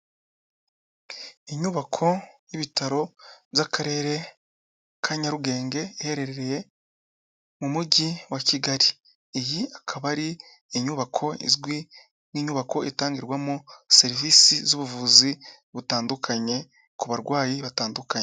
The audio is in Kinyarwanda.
Inyubako y'ibitaro by'akarere ka Nyarugenge iherereye mu mujyi wa Kigali, iyi akaba ari inyubako izwi nk'inyubako itangirwamo serivisi z'ubuvuzi butandukanye ku barwayi batandukanye.